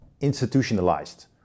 institutionalized